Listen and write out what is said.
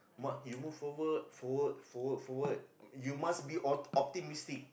but you forward forward forward forward you must be ot~ optimistic